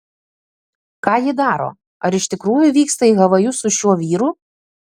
ką ji daro ar iš tikrųjų vyksta į havajus su šiuo vyru